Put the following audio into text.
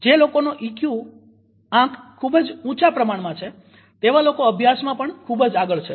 જે લોકોનો ઈક્યુ આંક ખુબ જ ઊચા પ્રમાણમાં છે તેવા લોકો અભ્યાસમાં પણ ખુબ જ આગળ છે